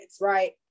right